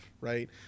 right